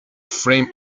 frame